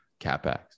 capex